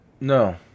No